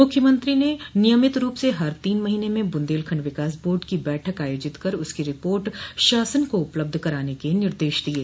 मुख्यमंत्री ने नियमित रूप से हर तीन महीने में बुंदेलखंड विकास बोर्ड की बैठक आयोजित कर उसकी रिपोर्ट शासन को उपलब्ध कराने के निर्देश दिये